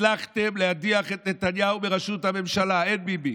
הצלחתם להדיח את נתניהו מראשות הממשלה, אין ביבי.